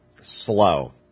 Slow